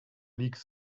league